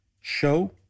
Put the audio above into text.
show